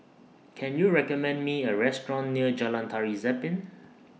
Can YOU recommend Me A Restaurant near Jalan Tari Zapin